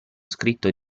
scritto